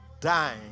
dying